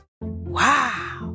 Wow